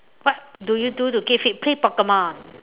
what do you do to keep fit play Pokemon